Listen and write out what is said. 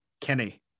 kenny